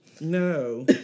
No